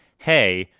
hey,